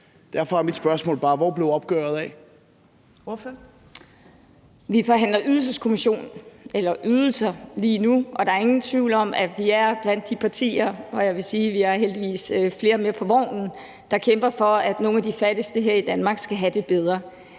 Ordføreren. Kl. 13:13 Pia Olsen Dyhr (SF) : Vi forhandler ydelser lige nu, og der er ingen tvivl om, at vi er blandt de partier – og jeg vil sige, at vi heldigvis er flere med på vognen – der kæmper for, at nogle af de fattigste her i Danmark skal have det bedre.